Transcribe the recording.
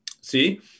See